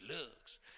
looks